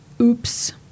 oops